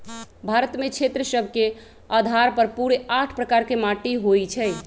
भारत में क्षेत्र सभ के अधार पर पूरे आठ प्रकार के माटि होइ छइ